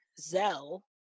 zell